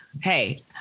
hey